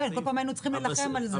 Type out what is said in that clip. בכל פעם היינו צריכים להילחם על זה.